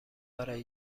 برای